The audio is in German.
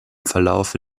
verlaufe